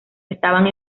estaba